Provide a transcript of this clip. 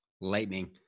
Lightning